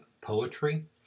poetry